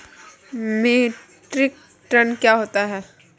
Metric ton क्या होता है?